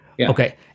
Okay